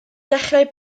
dechrau